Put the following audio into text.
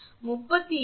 37 0